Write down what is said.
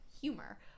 humor